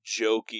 jokey